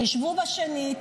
חשבו שנית,